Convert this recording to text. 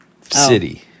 city